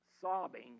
sobbing